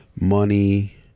money